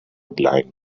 blind